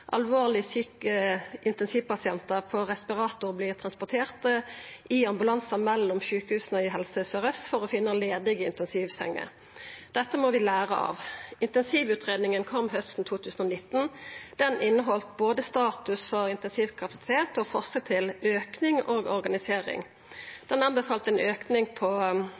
Alvorleg sjuke intensivpasientar på respirator vert transporterte i ambulansar mellom sjukehusa i Helse Sør-Aust for å finna ledige intensivsenger. Dette må vi læra av. Intensivutgreiinga kom hausten 2019. Den inneheldt både status for intensivkapasitet og forslag til auking og organisering. Den anbefalte ei auking i intensivkapasitet på